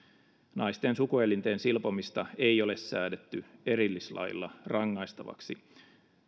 naisten sukuelinten silpomista ei ole säädetty erillislailla rangaistavaksi